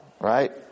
Right